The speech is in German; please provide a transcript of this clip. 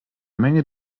menge